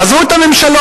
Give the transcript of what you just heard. עזבו את הממשלות.